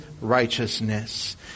righteousness